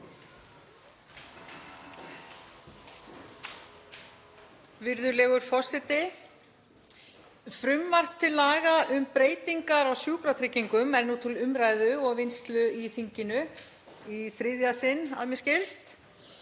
Virðulegur forseti. Frumvarp til laga um breytingar á sjúkratryggingum er nú til umræðu og vinnslu í þinginu í þriðja sinn að mér skilst.